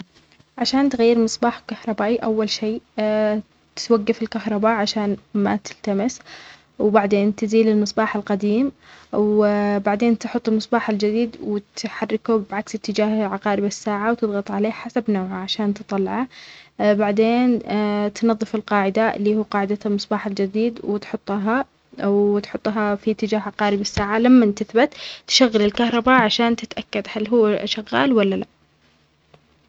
عشان تغيير مصباح كهربائي، أول شي تتوقف الكهرباء عشان ما تلتمس، وبعدين تزيل المصباح القديم، وبعدين تحط المصباح الجديد، وتحركه بعكس اتجاهه عقارب الساعة، وتضغط عليه حسب نوعه عشان تطلعه، بعدين تنظف القاعدة، اللي هو قاعدة المصباح الجديد، وتحطها-وتحطها في اتجاه عقارب الساعة، لما انتثبت، تشغل الكهرباء عشان تتأكد هل هو شغال ولا لا.